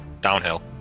Downhill